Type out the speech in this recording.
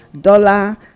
dollar